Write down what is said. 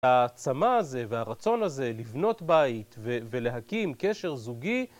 הצמא הזה, והרצון הזה, לבנות בית ולהקים קשר זוגי